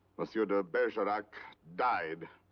monsieur de bergerac died.